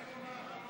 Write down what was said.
מתי היום האחרון